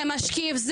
יהיה משקיף,